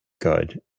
good